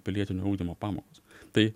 pilietinio ugdymo pamokos tai